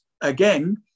again